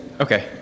Okay